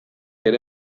ere